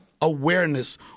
awareness